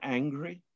angry